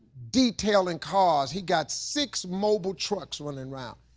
detailing cars. he got six mobile trucks running around.